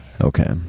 Okay